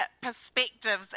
perspectives